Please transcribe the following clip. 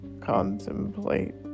contemplate